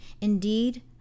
Indeed